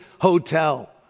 hotel